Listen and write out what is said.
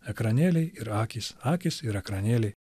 ekranėliai ir akys akys ir ekranėliai